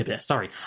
sorry